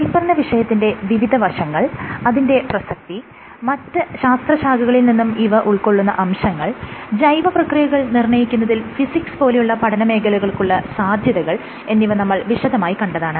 മേല്പറഞ്ഞ വിഷയത്തിന്റെ വിവിധ വശങ്ങൾ അതിന്റെ പ്രസക്തി മറ്റ് ശാസ്ത്രശാഖകളിൽ നിന്നും ഇവ ഉൾകൊള്ളുന്ന അംശങ്ങൾ ജൈവപ്രക്രിയകൾ നിർണ്ണയിക്കുന്നതിൽ ഫിസിക്സ് പോലെയുള്ള പഠനമേഖലകൾക്കുള്ള സാധ്യതകൾ എന്നിവ നമ്മൾ വിശദമായി കണ്ടതാണ്